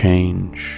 Change